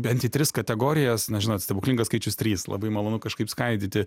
bent į tris kategorijas na žinot stebuklingas skaičius trys labai malonu kažkaip skaidyti